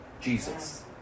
Jesus